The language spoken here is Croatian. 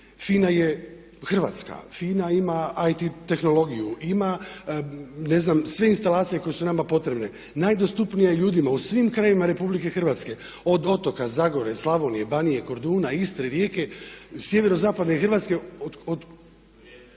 FINA je hrvatska, FINA ima IT tehnologiju, ima ne znam sve instalacije koje su nama potrebne. Najdostupnija je ljudima u svim krajevima RH, od otoka, Zagore, Slavonije, Banije, Korduna, Istre, Rijeke, sjeverozapadne Hrvatske odakle